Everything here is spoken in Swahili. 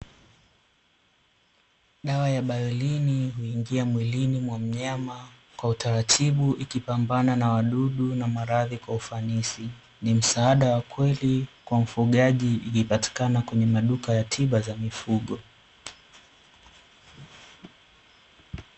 Dawa ya "Bioline" huingia mwilini mwa mnyama, kwa utaratibu ikipambana na wadudu na maradhi kwa ufanisi. Ni msaada wa kweli kwa mfugaji ikipatikana kwenye maduka ya tiba za mifugo.